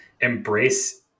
embrace